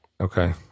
Okay